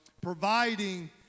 providing